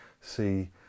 see